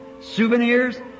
souvenirs